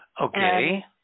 okay